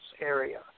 area